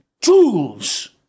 tools